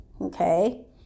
okay